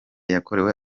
yakorewe